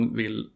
vill